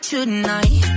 Tonight